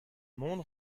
mont